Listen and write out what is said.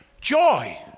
joy